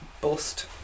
bust